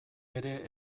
ere